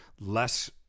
less